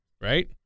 right